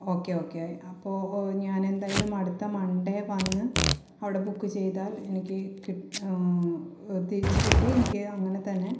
okay okay അപ്പോള് ഞാനെന്തായാലും അടുത്ത മണ്ടേ വന്ന് അവിടെ ബുക്ക് ചെയ്താൽ എനിക്ക് തിരിച്ച് കിട്ടി എനിക്ക് അങ്ങനെ തന്നെ